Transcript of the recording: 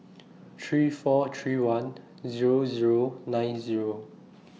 three four three one Zero Zero nine Zero